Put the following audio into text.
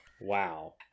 Wow